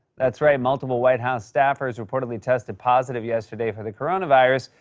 that's right, multiple white house staffers reportedly tested positive yesterday for the coronavirus.